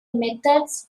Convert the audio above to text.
methods